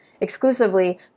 exclusively